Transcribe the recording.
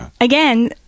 again